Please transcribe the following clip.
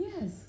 Yes